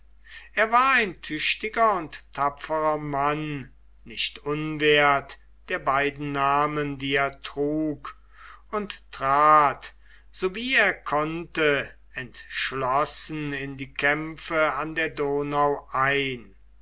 er war ein tüchtiger und tapferer mann nicht unwert der beiden namen die er trug und trat sowie er konnte entschlossen in die kämpfe an der donau ein